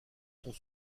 sont